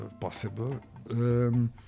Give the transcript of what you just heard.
possible